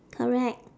correct